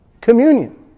communion